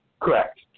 Correct